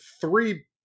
three